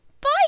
Bye